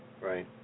Right